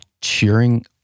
cheering